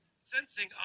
sensing